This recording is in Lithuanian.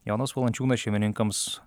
jonas valančiūnas šeimininkams